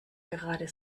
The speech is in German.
gerade